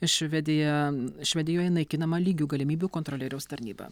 švedija švedijoje naikinama lygių galimybių kontrolieriaus tarnyba